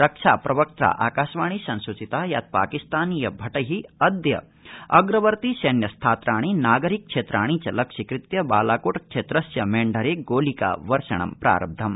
रक्षाप्रवक्त्रा आकाशवाणी संसूचिता यत् पाकिस्तानीय भटै अद्य अप्रवर्ति सैन्य स्थात्राणि नागरिक क्षेत्राणि च लक्ष्यीकृत्य बालाकोट क्षेत्रस्य मेण्ढरे गोलिका वर्षणम् आरब्धम्